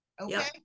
Okay